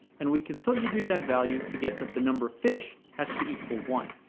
and we can substitute that value to get that the number of fish has to equal one.